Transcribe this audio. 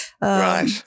Right